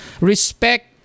Respect